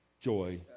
joy